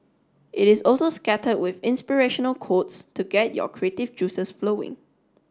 it is also scattered with inspirational quotes to get your creative juices flowing